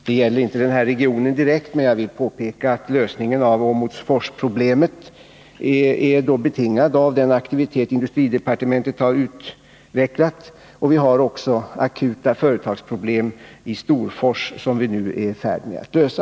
Det gäller inte direkt denna region, men jag vill påpeka att lösningen av Åmotforsproblemet är betingad av den aktivitet som industridepartementet har utvecklat. Vi har också akuta företagsproblem i Storfors, som vi nu är i färd med att lösa.